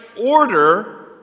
order